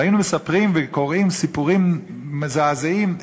והיינו מספרים וקוראים סיפורים מזעזעים,